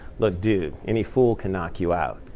look, dude, any fool can knock you out.